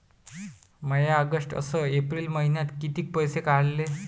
म्या ऑगस्ट अस एप्रिल मइन्यात कितीक पैसे काढले?